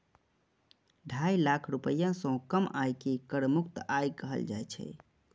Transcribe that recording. ढाई लाख रुपैया सं कम आय कें कर मुक्त आय कहल जाइ छै